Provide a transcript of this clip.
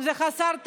זה חסר טעם.